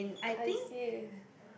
I see